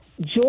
joy